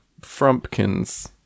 Frumpkins